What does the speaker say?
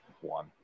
One